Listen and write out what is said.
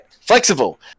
Flexible